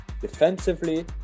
Defensively